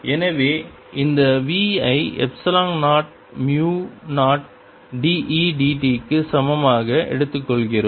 எனவே இந்த v I epsilon 0 mu 0 d e d t க்கு சமமாக எடுத்துக்கொள்கிறோம்